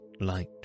Light